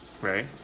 right